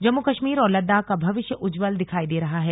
जम्मू कश्मीर और लद्दाख का भविष्य उज्ज्वल दिखाई दे रहा है